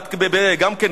גם כן,